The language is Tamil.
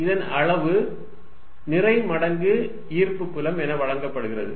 இதன் அளவு நிறை மடங்கு ஈர்ப்புப் புலம் என வழங்கப்படுகிறது